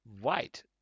white